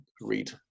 read